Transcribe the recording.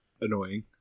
annoying